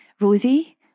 Rosie